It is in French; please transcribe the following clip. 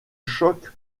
choc